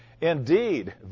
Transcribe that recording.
Indeed